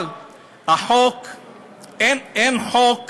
אבל החוק, אין חוק